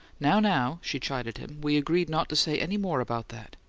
now, now! she chided him. we agreed not to say any more about that.